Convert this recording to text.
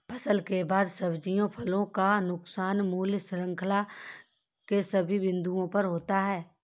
फसल के बाद सब्जियों फलों का नुकसान मूल्य श्रृंखला के सभी बिंदुओं पर होता है